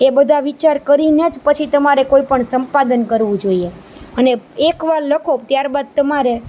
એ બધા વિચાર કરીને જ પછી તમારે કોઈ પણ સંપાદન કરવું જોઈએ અને એક વાર લખો ત્યાર બાદ તમારે